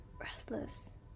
restless